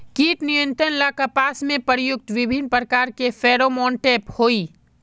कीट नियंत्रण ला कपास में प्रयुक्त विभिन्न प्रकार के फेरोमोनटैप होई?